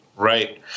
Right